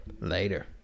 Later